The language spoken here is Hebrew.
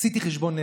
עשיתי חשבון נפש,